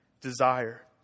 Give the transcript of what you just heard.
desire